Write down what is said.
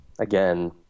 again